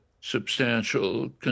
substantial